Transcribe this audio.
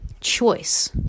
choice